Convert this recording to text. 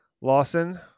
Lawson